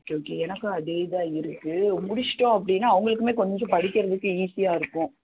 okay okay எனக்கும் அதே தான் இருக்குது முடிச்சுட்டோம் அப்படின்னா அவர்களுக்குமே கொஞ்சம் படிக்கிறதுக்கு ஈஸியாக இருக்கும்